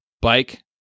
Bike